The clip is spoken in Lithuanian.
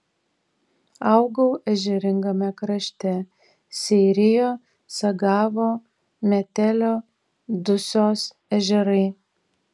augau ežeringame krašte seirijo sagavo metelio dusios ežerai